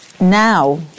now